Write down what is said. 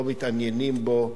לא מתעניינים בו,